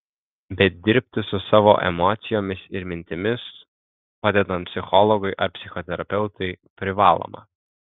bet dirbti su savo emocijomis ir mintimis padedant psichologui ar psichoterapeutui privaloma